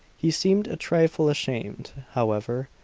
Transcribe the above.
he seemed a trifle ashamed, however,